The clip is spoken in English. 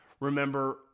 Remember